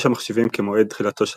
יש המחשיבים כמועד תחילתו של